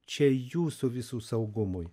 čia jūsų visų saugumui